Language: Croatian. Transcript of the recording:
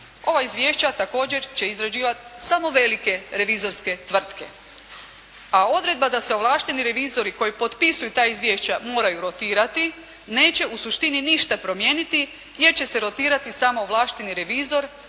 Ova izvješća također će izrađivati samo velike revizorske tvrtke, a odredba da se ovlašteni revizori koji potpisuju ta izvješća moraju rotirati, neće u suštini ništa promijeniti jer će se rotirati samo ovlašteni revizor,